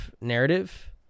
narrative